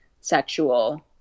sexual